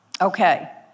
Okay